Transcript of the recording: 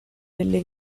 delle